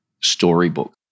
storybook